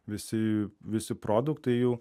visi visi produktai jų